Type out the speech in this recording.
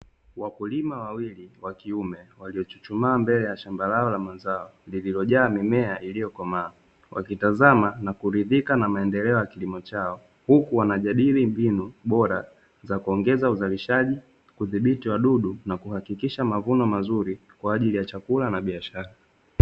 Wakulima wa kiume wawili waliochuchumaa mbele ya shamba lao la mazao lililojaa mimea iliyokomaa, Wakitazama na kuridhika na maendeleo ya kilimo chao, huku wanajadili mbinu bora za kuongeza uzalishaji, kudhibiti wadudu na kuhakikisha mavuno mazuri kwa ajili ya chakula na biashara.